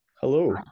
Hello